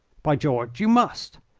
by george, you must!